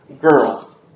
girl